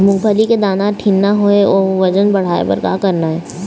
मूंगफली के दाना ठीन्ना होय अउ वजन बढ़ाय बर का करना ये?